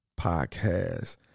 podcast